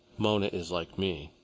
mona is like me.